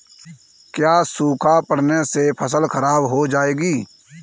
क्या सूखा पड़ने से फसल खराब हो जाएगी?